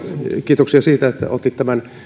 kiitoksia siitä että otit tämän